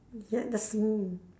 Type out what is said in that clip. is that the